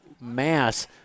mass